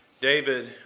David